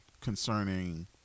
concerning